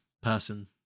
person